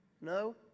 No